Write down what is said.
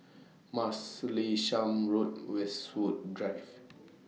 Martlesham Road Westwood Drive